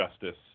justice